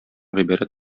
гыйбарәт